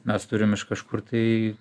mes turim iš kažkur tai